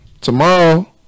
tomorrow